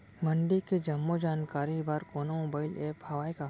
मंडी के जम्मो जानकारी बर कोनो मोबाइल ऐप्प हवय का?